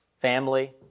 family